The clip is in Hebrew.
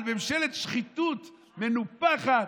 על ממשלת שחיתות מנופחת,